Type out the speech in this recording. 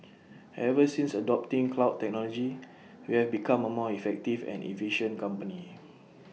ever since adopting cloud technology we have become A more effective and efficient company